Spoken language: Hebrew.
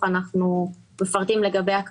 יש בהן דירקטוריונים מאוד שמרניים שלא יתנו שתהיה תביעת סרק